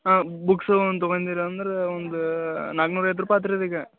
ಹಾಂ ಬುಕ್ಸು ಒಂದು ತಗೊಂಡಿರಿ ಅಂದ್ರೆ ಒಂದು ನಾಲ್ಕುನೂರು ಐವತ್ತು ರೂಪಾಯಿ ಆತು ರಿ ಇದಿಕ್ಕೆ